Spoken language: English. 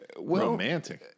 romantic